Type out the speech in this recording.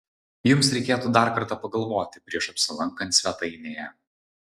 jums reikėtų dar kartą pagalvoti prieš apsilankant svetainėje